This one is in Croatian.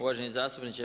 Uvaženi zastupniče.